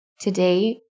Today